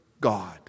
God